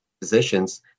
positions